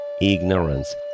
ignorance